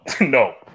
no